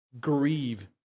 grieve